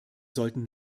sollten